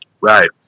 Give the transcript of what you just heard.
right